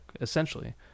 essentially